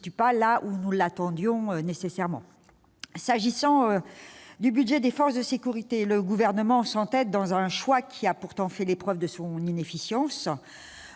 pas là où nous l'attendions. S'agissant du budget des forces de sécurité, le Gouvernement s'entête dans un choix qui a pourtant fait les preuves de son inefficience,